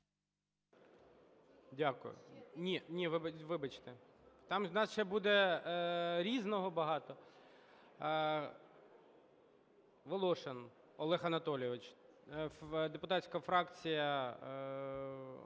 Дякую. Ні, вибачте. Там у нас ще буде "Різного" багато. Волошин Олег Анатолійович, депутатська фракція